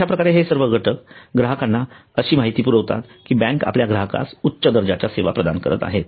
अश्याप्रकारे हे सर्व घटक ग्राहकांना अशी माहिती पुरवितात कि बँक आपल्या ग्राहकास उच्च दर्जाच्या सेवा प्रदान करत आहे